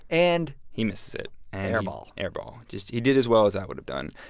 and. he misses it air ball air ball. just he did as well as i would've done.